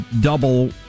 double